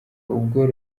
ubwo